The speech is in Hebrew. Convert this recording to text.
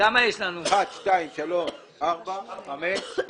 אתמול עוד שניים-שלושה שהגיעו7 ב-17 שהם טוענים שהם שלחו את זה ב-16.